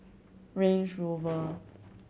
Range Rover